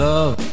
Love